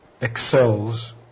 excels